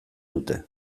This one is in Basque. dute